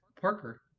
Parker